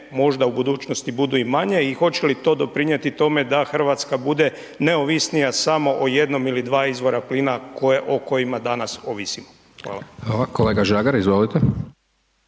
možda u budućnosti budu i manje i hoće li to doprinijeti tome da Hrvatska bude neovisnija samo o jednom ili dva izvora plina o kojima danas ovisimo? Hvala. **Hajdaš Dončić,